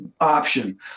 option